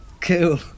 Cool